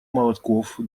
молотков